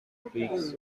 pigs